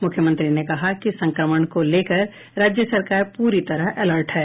मुख्यमंत्री ने कहा कि संक्रमण को लेकर राज्य सरकार पूरी तरह अलर्ट है